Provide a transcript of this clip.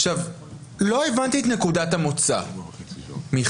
עכשיו, לא הבנתי את נקודת המוצא, מיכאל.